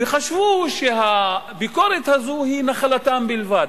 וחשבו שהביקורת הזו היא נחלתם בלבד.